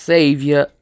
Savior